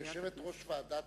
כיושבת-ראש הוועדה